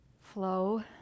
flow